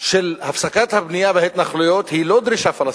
של הפסקת הבנייה בהתנחלויות היא לא דרישה פלסטינית,